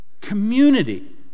community